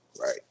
right